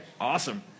Awesome